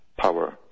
power